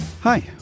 Hi